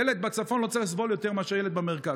ילד בצפון לא צריך לסבול יותר מאשר ילד במרכז.